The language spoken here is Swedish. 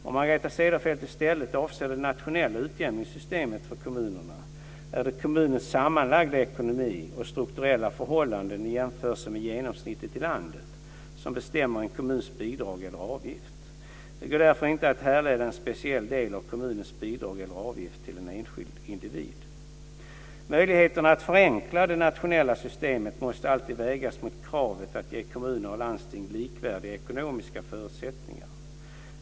Om Margareta Cederfelt i stället avser det nationella utjämningssystemet för kommunerna är det kommunens sammanlagda ekonomi och strukturella förhållanden i jämförelse med genomsnittet i landet som bestämmer en kommuns bidrag eller avgift. Det går därför inte att härleda en speciell del av en kommuns bidrag eller avgift till en enskild individ. Möjligheterna att förenkla det nationella systemet måste alltid vägas mot kravet att ge kommuner och landsting likvärdiga ekonomiska förutsättningar.